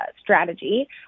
strategy